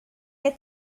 est